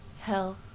Hell